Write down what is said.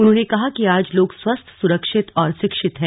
उन्होंने कहा कि आज लोग स्वस्थ सुरक्षित और शिक्षित हैं